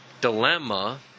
dilemma